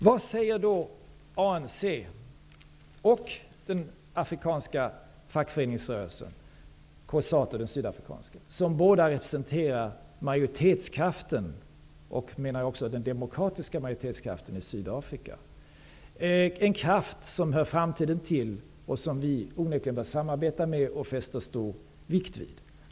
Vad säger då ANC och den sydafrikanska fackföreningsrörelsen Cosatu, som båda representerar majoritetskraften -- den demokratiska majoritetskraften -- i Sydafrika? Det är en kraft som hör framtiden till, som vi fäster stor vikt vid och onekligen bör samarbeta med.